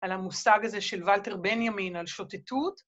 ‫על המושג הזה של ולטר בן ימין ‫על שוטטות.